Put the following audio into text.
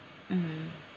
mmhmm